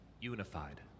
unified